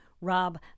Rob